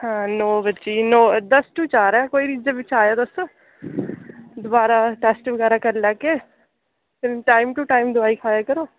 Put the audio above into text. हां नौ बजे नौ दस टू चार ऐ कोई नी एह्दे बिच्च आएयो तुस दोबारा टेस्ट बगैरा करी लैगे कन्नै टाइम टू टाइम दवाई खाया करो